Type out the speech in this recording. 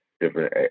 different